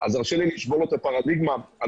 תרשה לי לשבור את הפרדיגמה הזאת,